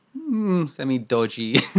semi-dodgy